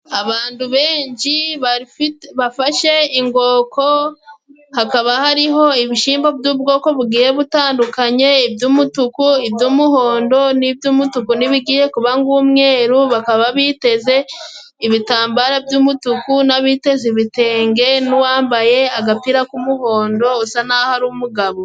Abantu benshi bafashe ingoko hakaba hariho ibishimbo by'ubwoko butandukanye, iby'umutuku, iby'umuhondo n'iby'umutuku n'ibigiye kuba nk'umweru, bakaba biteze ibitambara by'umutuku n'abiteze ibitenge n'uwambaye agapira k'umuhondo usa naho ari umugabo.